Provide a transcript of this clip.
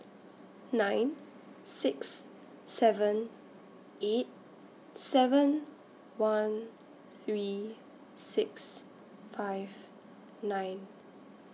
nine six seven eight seven one three six five nine